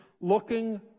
looking